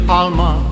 alma